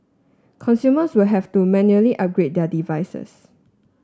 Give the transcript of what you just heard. consumers will have to manually upgrade their devices